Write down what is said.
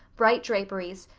bright draperies,